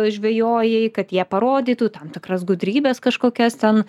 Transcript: žvejojai kad jie parodytų tam tikras gudrybes kažkokias ten